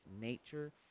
nature